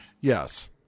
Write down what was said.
Yes